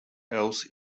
else